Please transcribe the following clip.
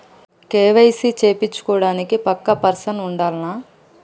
KYC చేపిచ్చుకోవడానికి పక్కా person ఉండాల్నా?